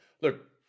Look